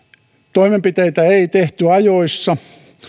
toimenpiteitä ei tehty ajoissa